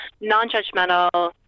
non-judgmental